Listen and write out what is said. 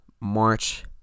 March